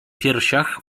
piersiach